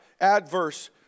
adverse